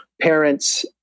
parents